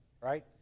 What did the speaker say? right